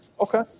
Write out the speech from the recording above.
Okay